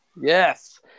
Yes